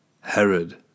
Herod